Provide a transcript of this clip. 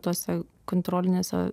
tose kontrolinėse